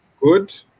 Good